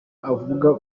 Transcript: abavuga